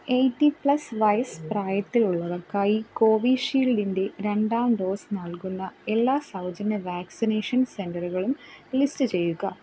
eighty plus വയസ്സ് പ്രായത്തിലുള്ളവർക്കായി കോവിഷീൽഡിൻ്റെ രണ്ടാം ഡോസ് നൽകുന്ന എല്ലാ സൗജന്യ വാക്സിനേഷൻ സെൻറ്ററുകളും ലിസ്റ്റ് ചെയ്യുക